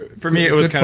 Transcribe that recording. for me, it was